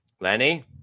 Lenny